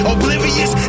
Oblivious